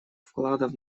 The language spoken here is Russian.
вкладов